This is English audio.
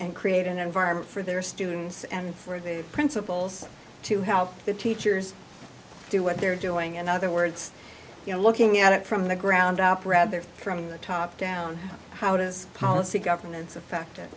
and create an environment for their students and for the principals to help the teachers do what they're doing in other words you're looking at it from the ground up rather from the top down how does policy governance affect